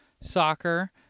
soccer